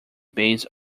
based